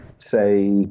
say